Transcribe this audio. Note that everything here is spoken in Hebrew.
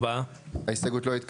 הצבעה בעד 3 נגד 4 ההסתייגות לא התקבלה.